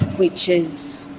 which is,